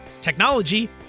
technology